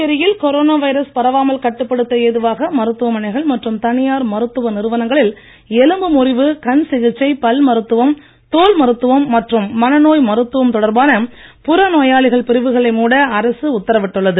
புதுச்சேரியில் corona virus பரவாமல் கட்டுப்படுத்த ஏதுவாக மருத்துவமனைகள் மற்றும் தனியார் மருத்துவ நிறுவனங்களில் எலும்பு முறிவு கண் சிகிச்சை பல் மருத்துவம் தோல் மருத்துவம் மற்றும் மனநோய் மருத்துவம் தொடர்பான புற நோயாளிகள் பிரிவுகளை மூட அரசு உத்தரவிட்டுள்ளது